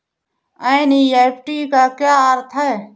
NEFT का अर्थ क्या है?